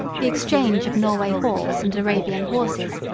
the exchange of norway hawks and arabian horses,